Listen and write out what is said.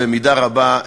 במידה רבה,